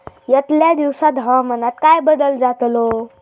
यतल्या दिवसात हवामानात काय बदल जातलो?